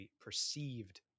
perceived